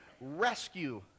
rescue